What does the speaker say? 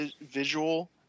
visual